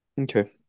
okay